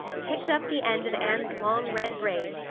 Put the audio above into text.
picked up the end of anne's long red braid,